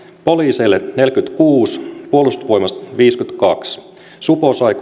poliiseille neljäkymmentäkuusi miljoonaa puolustusvoimat viisikymmentäkaksi miljoonaa supo sai